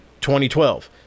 2012